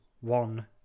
one